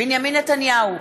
בנימין נתניהו,